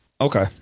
Okay